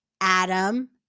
Adam